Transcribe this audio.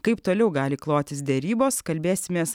kaip toliau gali klotis derybos kalbėsimės